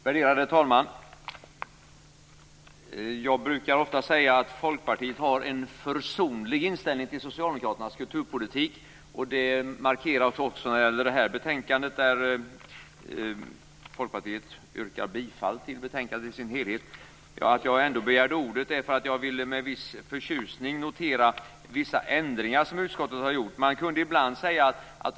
Värderade talman! Jag brukar ofta säga att Folkpartiet har en försonlig inställning till socialdemokraternas kulturpolitik, och det markeras också i det här betänkandet. Folkpartiet yrkar bifall till hemställan i betänkandet i dess helhet. Att jag ändå begärde ordet var att jag med en viss förtjusning har noterat vissa ändringar som utskottet har gjort.